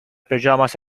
pajamas